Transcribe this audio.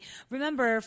Remember